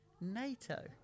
NATO